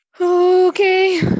Okay